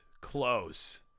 close